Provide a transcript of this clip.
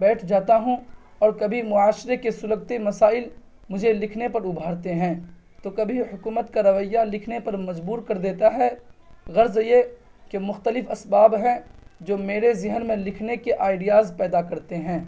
بیٹھ جاتا ہوں اور کبھی معاشرے کے سلگتے مسائل مجھے لکھنے پر ابھارتے ہیں تو کبھی حکومت کا رویہ لکھنے پر مجبور کر دیتا ہے غرض یہ کہ مختلف اسباب ہیں جو میرے ذہن میں لکھنے کے آئیڈیاز پیدا کرتے ہیں